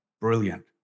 Brilliant